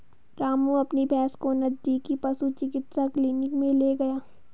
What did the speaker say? रामू अपनी भैंस को नजदीकी पशु चिकित्सा क्लिनिक मे ले गया